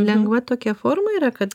lengva tokia forma yra kad